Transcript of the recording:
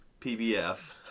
PBF